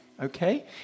okay